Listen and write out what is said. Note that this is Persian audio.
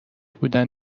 بودن